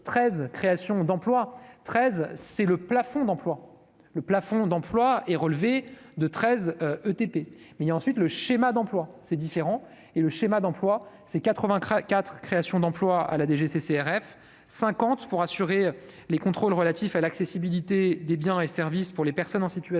13 créations d'emplois, 13 c'est le plafond d'emplois, le plafond d'emplois et relevé de 13 ETP, mais il y a ensuite le schéma d'emplois c'est différent et le schéma d'emplois c'est quatre-vingts IV, créations d'emplois à la DGCCRF 50 pour assurer les contrôles relatifs à l'accessibilité des biens et services pour les personnes en situation